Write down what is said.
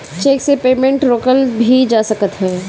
check से payment के रोकल भी जा सकत हवे